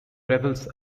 revels